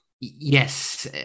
Yes